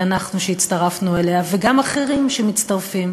ואנחנו שהצטרפנו אליה וגם אחרים שמצטרפים,